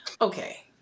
okay